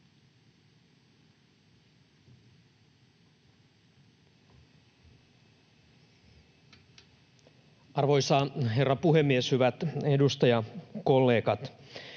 Arvoisa herra puhemies! Hyvät edustajakollegat!